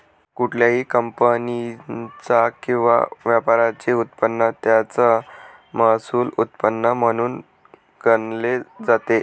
कुठल्याही कंपनीचा किंवा व्यापाराचे उत्पन्न त्याचं महसुली उत्पन्न म्हणून गणले जाते